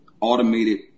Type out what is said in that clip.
automated